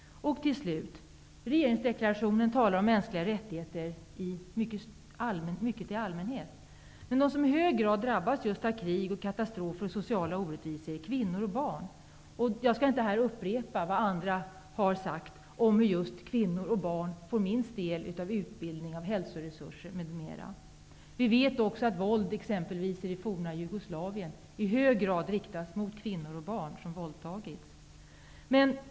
Slutligen, regeringsdeklarationen talar om mänskliga rättigheter i allmänhet. De som i hög grad drabbas av just krig, katastrofer och sociala orättvisor är kvinnor och barn. Jag skall inte här upprepa vad andra har sagt om att kvinnor och barn är de som får minst del av utbildning och hälsoresurser m.m. Vi vet också att våld i hög grad riktas mot kvinnor och barn, som exempelvis i det forna Jugoslavien där kvinnor och barn har våldtagits.